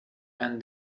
and